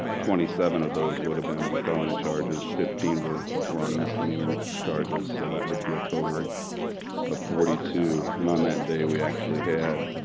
twenty seven of those would have been on felony charges. fifteen were were on misdemeanor charges. so that would be a total of ah forty two. and on that day, we actually had